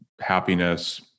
happiness